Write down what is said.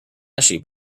flashy